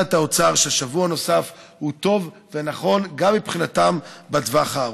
את האוצר ששבוע נוסף הוא טוב ונכון גם מבחינתם בטווח הארוך.